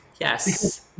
Yes